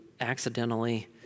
accidentally